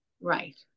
Right